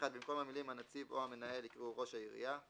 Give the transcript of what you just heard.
(1)במקום המילים "הנציב או המנהל" יקראו "ראש העירייה";